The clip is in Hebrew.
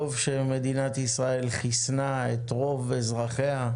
טוב שמדינת ישראל חיסנה את רוב אזרחיה,